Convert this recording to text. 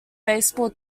baseball